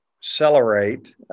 accelerate